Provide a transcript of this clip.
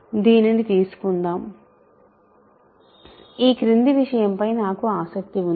దీనిని తీసుకుందాం ఈ క్రింది విషయం పై నాకు ఆసక్తి ఉంది